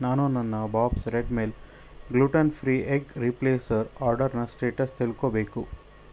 ನಾನು ನನ್ನ Bob's Red Mill gluten free egg replacer ಆರ್ಡರ್ನ ಸ್ಟೇಟಸ್ ತಿಳ್ಕೊಳ್ಬೇಕು